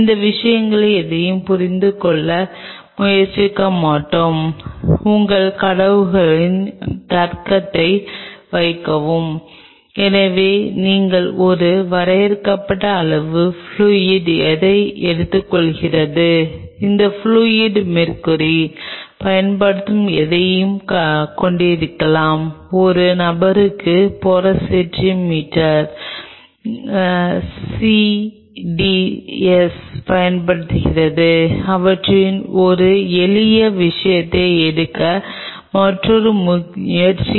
செல்கள் 15 முதல் 30 நிமிடங்களுக்குள் இணைக்க வேண்டியிருந்தால் அவை இணைக்கப்படும் இன்னும் சில செல்கள் இணைக்கப்படாவிட்டால் நீங்கள் இதை ஒரு பிழை விளிம்பாக கொடுக்க வேண்டும் என்றால் அவை அனைத்தும் அங்கே இருக்கும் ஆனால் அவர்கள் இணைக்க வேண்டும் என்றால் நீங்கள் இந்த டிஷ் சிறிது சாய்க்க வேண்டும்